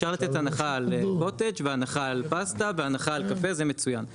אפשר לתת הנחה על קוטג' והנחה על פסטה והנחה על קפה זה מצוין,